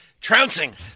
Trouncing